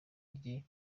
rye